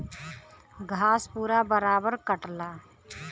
घास पूरा बराबर कटला